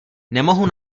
nemohu